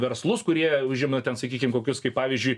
verslus kurie užima ten sakykim kokius kaip pavyzdžiui